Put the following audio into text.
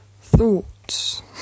thoughts